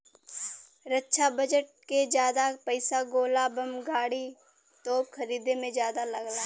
रक्षा budget के जादा पइसा गोला बम गाड़ी, तोप खरीदे में जादा लगला